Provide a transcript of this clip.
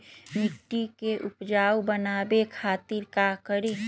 मिट्टी के उपजाऊ बनावे खातिर का करी?